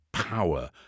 power